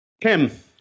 Kim